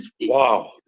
Wow